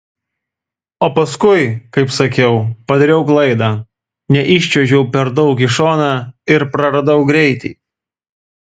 o paskui kaip sakiau padariau klaidą neiščiuožiau per daug į šoną ir praradau greitį